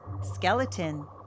skeleton